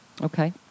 Okay